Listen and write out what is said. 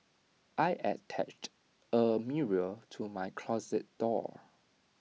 I attached A mirror to my closet door